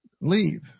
leave